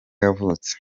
yavutse